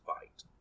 fight